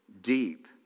Deep